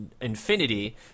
infinity